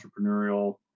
entrepreneurial